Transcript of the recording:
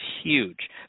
huge